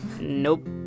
Nope